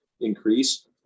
increase